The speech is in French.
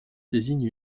désigne